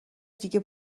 دیگه